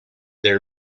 their